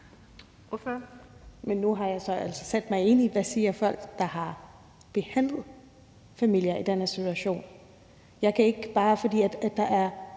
nu har jeg altså sat mig ind i, hvad folk, der har behandlet familier i den her situation, siger. Bare fordi der er